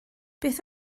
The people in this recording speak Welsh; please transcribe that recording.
beth